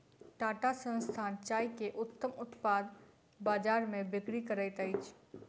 टाटा संस्थान चाय के उत्तम उत्पाद बजार में बिक्री करैत अछि